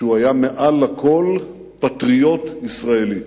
שהוא היה מעל לכול פטריוט ישראלי.